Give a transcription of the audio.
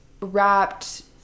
wrapped